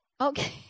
Okay